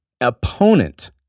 opponent